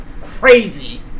Crazy